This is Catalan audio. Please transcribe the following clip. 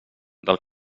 del